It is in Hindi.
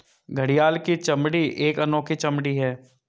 घड़ियाल की चमड़ी एक अनोखी चमड़ी है